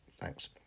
thanks